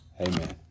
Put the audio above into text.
Amen